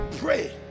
Pray